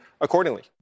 accordingly